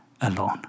alone